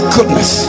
Goodness